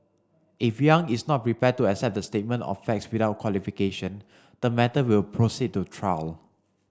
if Yang is not prepared to accept the statement of facts without qualification the matter will proceed to trial